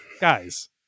guys